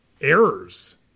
errors